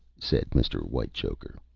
said mr. whitechoker.